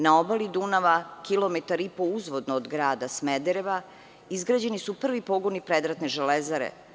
Na obali Dunava kilometar i po uzvodno od grada Smedereva izgrađeni su prvi pogoni predratne Železare.